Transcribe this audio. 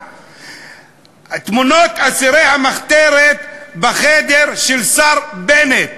תמונות אסירי המחתרת בחדר של השר בנט,